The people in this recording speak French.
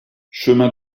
chemin